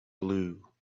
blew